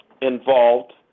involved